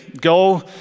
go